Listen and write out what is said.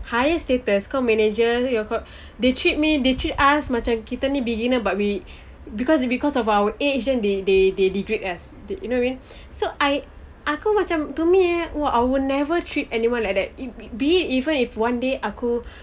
higher status kau manager your kau they treat me they treat us macam kita ni beginner but we because because of our age then they they they degrade us you you know what I mean so I aku macam to me I would never treat anyone like that be it even if one day aku